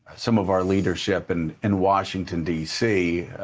some of our leadership and in washington, d c.